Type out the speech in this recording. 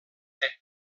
ere